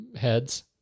heads